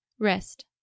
rest